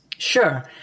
Sure